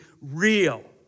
real